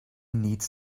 needs